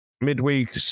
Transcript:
midweek